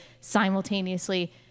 simultaneously